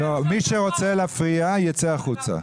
זה נקרא הרעת תנאים בשפה מקצועית.